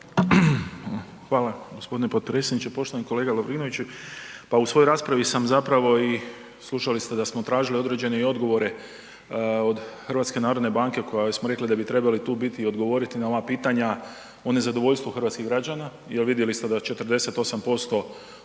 Hvala gospodine potpredsjedniče. Poštovani kolega Lovrinoviću, a u svojo raspravi sam i slušali ste da smo tražili određene i odgovore od HNB-a koja smo rekli da bi trebala tu biti i odgovoriti na ova pitanja o nezadovoljstvu hrvatskih građana jer vidjeli smo da 48%, u svom